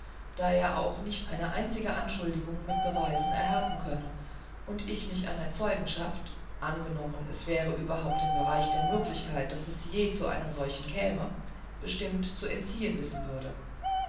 da er auch nicht eine einzige anschuldigung mit beweisen erhärten könnte und ich mich einer zeugenschaft angenommen es wäre überhaupt im bereiche der möglichkeit daß es je zu einer solchen käme bestimmt zu entziehen wissen würde